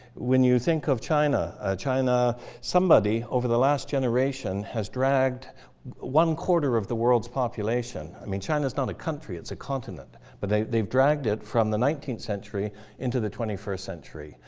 when you think of china ah china somebody over the last generation has dragged one quarter of the world's population. i mean china is not a country. it's a continent. but they've they've dragged it from the nineteenth century into the twenty first century.